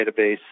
database